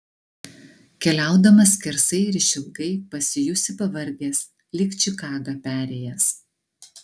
keliaudamas skersai ir išilgai pasijusi pavargęs lyg čikagą perėjęs